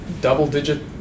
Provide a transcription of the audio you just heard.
double-digit